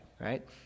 right